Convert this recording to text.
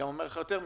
יותר מזה,